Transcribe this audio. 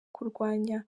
kurwanya